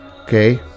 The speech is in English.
Okay